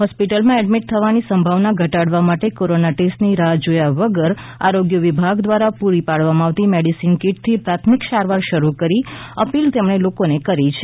હોસ્પિટલમાં એડમીટ થવાની સંભાવના ઘટાડવા માટે કોરોના ટેસ્ટની રાહ જોયા વગર આરોગ્ય વિભાગ દ્વારા પૂરી પાડવામાં આવતી મેડિસીન કીટથી પ્રાથમિક સારવાર શરૂની અપીલ તેમણે લોકોને કરી છે